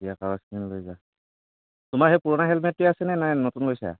দিয়া কাগজখিনি লৈ যোৱা তোমাৰ সেই পুৰণা হেলমেটটোৱে আছেনে নে নতুন লৈছা